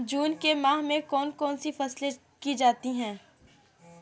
जून के माह में कौन कौन सी फसलें की जाती हैं?